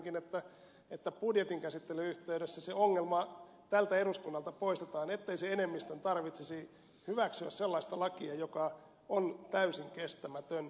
viitanenkin että budjetin käsittelyn yhteydessä se ongelma tältä eduskunnalta poistetaan ettei enemmistön tarvitsisi hyväksyä sellaista lakia joka on täysin kestämätön